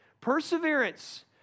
Perseverance